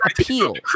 appeal